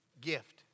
gift